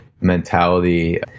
mentality